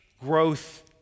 growth